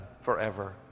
forever